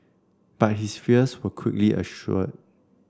but his fears were quickly assuaged